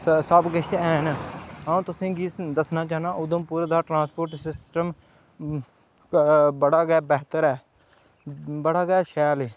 सबकिश हैन अ'ऊं तुसें गी दस्सना चाह्न्नां उधमपुर दा ट्रांसपोर्ट सिस्टम बड़ा गै बैह्तर ऐ बड़ा गै शैल ऐ